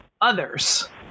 others